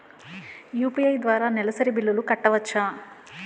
UPI ద్వారా నెలసరి బిల్లులు కట్టవచ్చా?